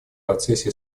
процессе